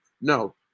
No